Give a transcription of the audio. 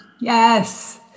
Yes